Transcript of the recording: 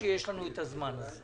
שהממשלה תקבל החלטה בעניין,